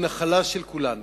היא נחלה של כולנו.